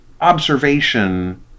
observation